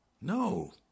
No